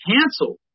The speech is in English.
canceled